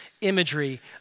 imagery